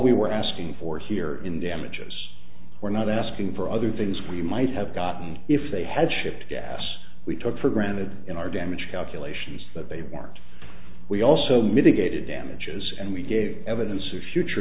we were asking for here in damages we're not asking for other things we might have gotten if they had shipped gas we took for granted in our damage calculations that they weren't we also mitigated damages and we gave evidence of future